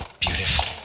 Beautiful